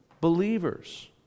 believers